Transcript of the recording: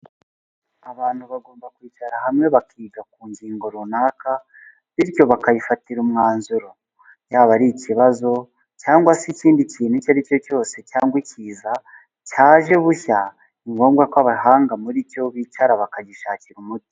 Abantu bagomba kwicara hamwe bakiga ku ngingo runaka bityo bakayifatira umwanzuro yaba ari ikibazo cyangwa se ikindi kintu icyo ari cyo cyose cyangwa ikiza cyaje bushya ni ngombwa ko abahanga muri cyo bicara bakagishakira umuti.